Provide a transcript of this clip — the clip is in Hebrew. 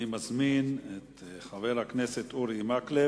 אני מזמין את חבר הכנסת אורי מקלב.